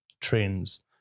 trends